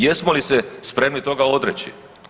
Jesmo li se spremni toga odreći?